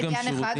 זה עניין אחד,